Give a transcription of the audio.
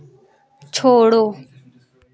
छोड़ो